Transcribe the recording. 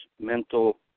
mental